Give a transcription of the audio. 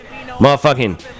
motherfucking